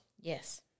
Yes